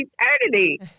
eternity